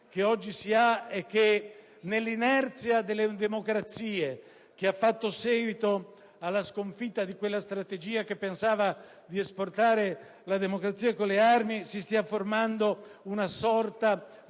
che oggi si ha è che nell'inerzia delle democrazie, che ha fatto seguito alla sconfitta di quella strategia che pensava di esportare la democrazia con le armi, si stia formando una sorta di